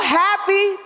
happy